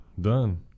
done